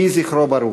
יהי זכרו ברוך.